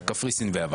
קפריסין ויוון.